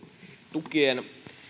tukien